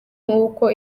uko